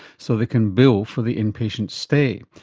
so they can bill for the in-patient stay.